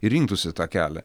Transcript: ir rinktųsi tą kelią